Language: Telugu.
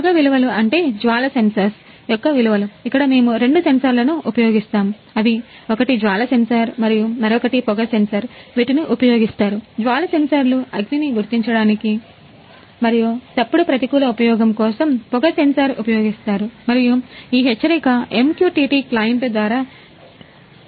పొగ విలువలు అంటే జ్వాల సెన్సార్ ద్వారా యజమానికి కూడా పంపబడుతుంది